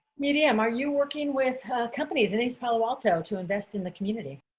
medium are you working with ah companies in east palo alto to invest in the community